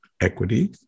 equity